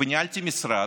וניהלתי משרד,